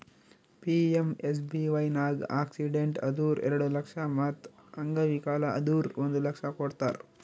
PMSBY ನಾಗ್ accident ಆದುರ್ ಎರಡು ಲಕ್ಷ ಮತ್ ಅಂಗವಿಕಲ ಆದುರ್ ಒಂದ್ ಲಕ್ಷ ಕೊಡ್ತಾರ್